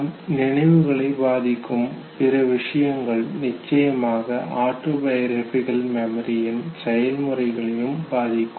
நம் நினைவுகளை பாதிக்கும் பிற விஷயங்கள் நிச்சயமாக ஆட்டோபியோகிரபிகல் மெமரியின் செயல்முறைகளையும் பாதிக்கும்